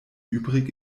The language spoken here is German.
übrig